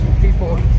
people